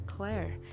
Claire